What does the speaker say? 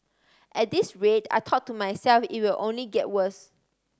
at this rate I thought to myself it will only get worse